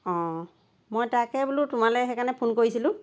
অঁ মই তাকে বোলো তোমালৈ সেইকাৰণে ফোন কৰিছিলোঁ